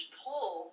pull